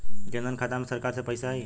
जनधन खाता मे सरकार से पैसा आई?